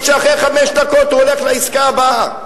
שאחרי חמש דקות הוא הולך לעסקה הבאה.